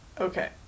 Okay